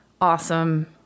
awesome